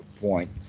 point